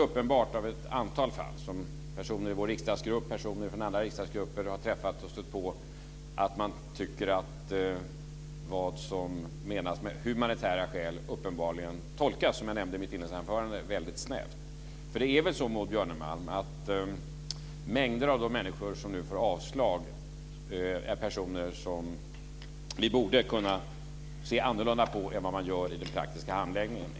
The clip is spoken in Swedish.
Men personer i vår riksdagsgrupp och från andra riksdagsgrupper har stött på ett antal fall som gjort att man tycker att vad som menas med humanitära skäl uppenbarligen tolkas väldigt snävt, som jag nämnde i mitt inledningsanförande. Det är väl så Maud Björnemalm, att mängder av de människor som nu får avslag är personer som vi borde kunna se annorlunda på än man gör i den praktiska handläggningen.